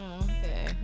okay